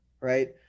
right